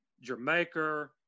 Jamaica